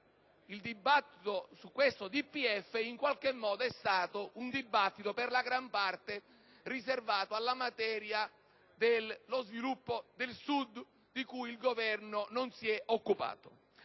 il dibattito su questo DPEF in qualche modo è stato in gran parte riservato alla materia dello sviluppo del Sud, di cui il Governo non si è occupato.